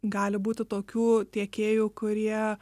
gali būti tokių tiekėjų kurie